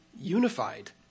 unified